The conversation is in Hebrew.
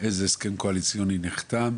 איזה הסכם קואליציוני נחתם,